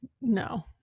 no